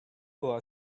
aura